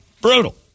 Brutal